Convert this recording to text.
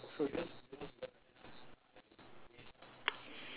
so